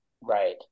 Right